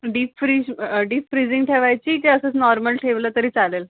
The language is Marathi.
डीप फ्रीज डीप फ्रिजिंग ठेवायची की असंच नॉर्मल ठेवलं तरी चालेल